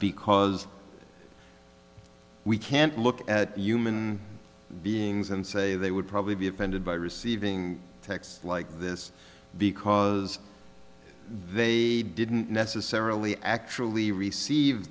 because we can't look at human beings and say they would probably be offended by receiving text like this because they didn't necessarily actually receive